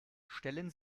stellen